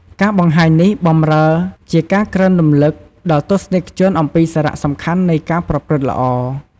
ការបង្ហាញនេះបម្រើជាការក្រើនរំលឹកដល់ទស្សនិកជនអំពីសារៈសំខាន់នៃការប្រព្រឹត្តល្អ។